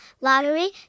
lottery